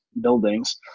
buildings